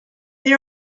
they